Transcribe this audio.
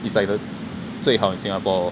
it's like the 最好 in singapore